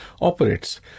operates